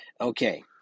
Okay